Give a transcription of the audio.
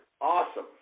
awesome